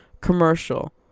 commercial